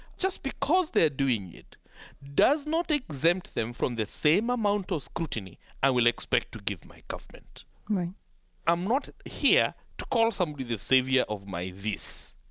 just because they're doing it does not exempt them from the same amount of scrutiny i would expect to give my government right i'm not here to call somebody the savior of my this